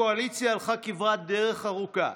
הקואליציה הלכה כברת דרך ארוכה,